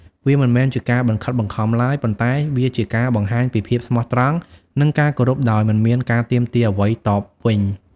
វាមិនមែនជាការបង្ខិតបង្ខំឡើយ ប៉ុន្តែវាជាការបង្ហាញពីភាពស្មោះត្រង់និងការគោរពដោយមិនមានការទាមទារអ្វីតបវិញ។